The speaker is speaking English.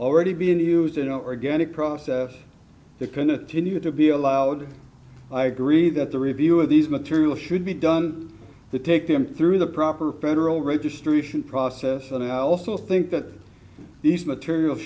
already being used in our organic process the kind of to need to be allowed i agree that the review of these materials should be done the take them through the proper federal registration process and i also think that these materials